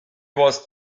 was